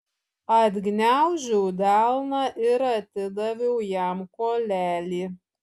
atgniaužiau delną ir atidaviau jam kuolelį